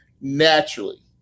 naturally